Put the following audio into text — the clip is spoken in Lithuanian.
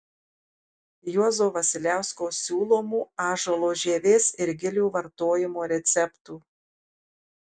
juozo vasiliausko siūlomų ąžuolo žievės ir gilių vartojimo receptų